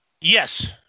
Yes